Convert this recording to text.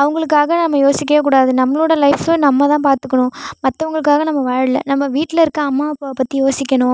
அவங்களுக்காக நம்ம யோசிக்கவேக்கூடாது நம்மளோடய லைஃபு நம்ம தான் பார்த்துக்கணும் மத்தவங்களுக்காக நம்ம வாழலை நம்ம வீட்டில் இருக்க அம்மா அப்பாவை பற்றி யோசிக்கணும்